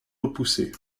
repoussés